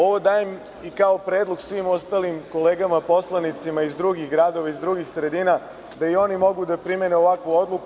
Ovo dajem i kao predlog svim ostalim kolegama poslanicima iz drugih gradova, iz drugih sredina da i oni mogu da primene ovakvu odluku.